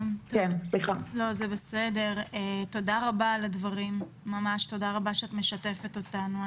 תודה רבה שאת משתפת אותנו.